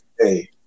Hey